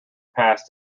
past